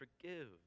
forgive